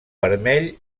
vermell